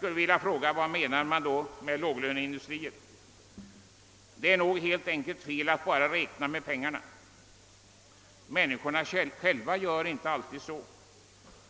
Vad menar man då med låglöneindustrier? Det är nog fel att bara räkna med pengarna — människorna själva gör inte alltid det.